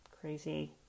Crazy